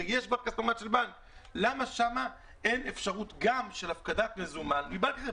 למה בכספומט אין אפשרות גם של הפקדת מזומן לבנק אחר,